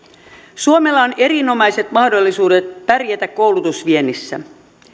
suomella on erinomaiset mahdollisuudet pärjätä koulutusviennissä